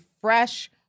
fresh